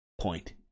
Point